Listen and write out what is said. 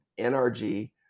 NRG